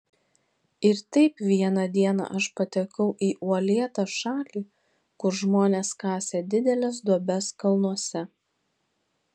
ir taip vieną dieną aš patekau į uolėtą šalį kur žmonės kasė dideles duobes kalnuose